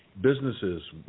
businesses